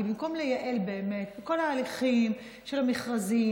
כי במקום לייעל באמת את כל ההליכים של המכרזים